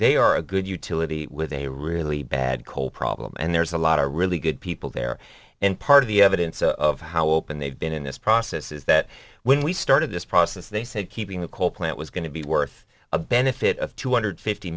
they are a good utility with a really bad coal problem and there's a lot of really good people there and part of the evidence of how open they've been in this process is that when we started this process they said keeping the coal plant was going to be worth a benefit of two hundred fifty